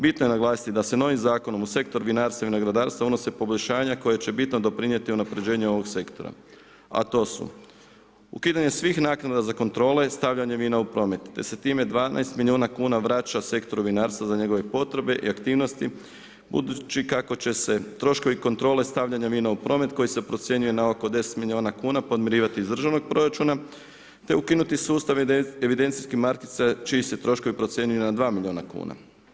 Bitno je naglasiti da se novim zakonom u sektor vinarstva i vinogradarstva unose poboljšanja koje će bitno doprinijeti unapređenje ovog sektora a to su ukidanje svih naknada za kontrole, stavljanje vina u promet te se time 12 milijuna kuna vraća sektoru vinarstva za njegove potrebe i aktivnosti budući kako će se troškovi kontrole stavljanja vina u promet koji se procjenjuje na oko 10 milijuna kuna podmirivati iz državnog proračuna te ukinuti sustav evidencijske markice čiji se troškovi procjenjuju na 2 milijuna kuna.